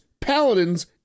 paladins